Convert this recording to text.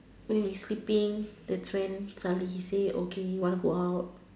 when we sleeping that's when suddenly he say okay want go out